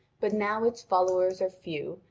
but now its followers are few,